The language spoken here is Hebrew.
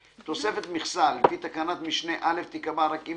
תוספת מכסה לפי תקנת משנה (א) תיקבע רק אם